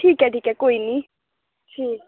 ठीक ऐ ठीक ऐ कोई नी ठीक